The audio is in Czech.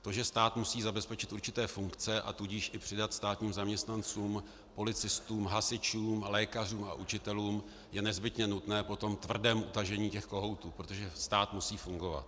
To, že stát musí zabezpečit určité funkce, a tudíž i přidat státním zaměstnancům, policistům, hasičům, lékařům a učitelům, je nezbytně nutné po tom tvrdém utažení těch kohoutů, protože stát musí fungovat.